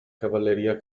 cavalleria